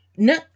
No